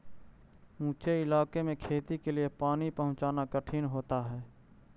ऊँचे इलाके में खेती के लिए पानी पहुँचाना कठिन होता है